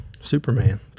Superman